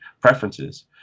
preferences